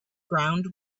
ground